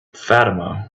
fatima